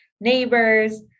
neighbors